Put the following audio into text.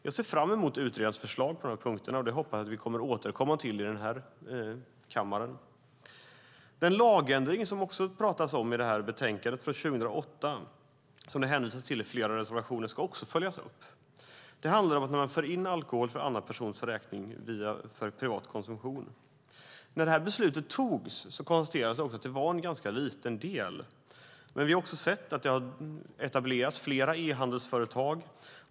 Jag ser fram emot utredarens förslag på dessa punkter, och jag hoppas att vi återkommer till dem i kammaren. Lagändringen från 2008, som det också talas om i betänkandet och som det hänvisas till i flera reservationer, ska också följas upp. Det handlar om att föra in alkohol för annan persons räkning för privat konsumtion. När beslutet togs konstaterade man att det var en ganska liten del. Vi har dock sett att det har etablerats flera e-handelsföretag.